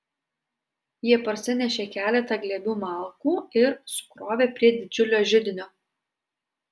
jie parsinešė keletą glėbių malkų ir sukrovė prie didžiulio židinio